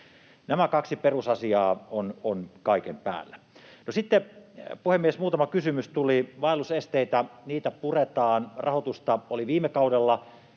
Nämä kaksi perusasiaa ovat kaiken päällä. No sitten, puhemies, muutama kysymys tuli: Vaellusesteitä puretaan. Rahoitusta oli viime kaudella